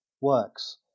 works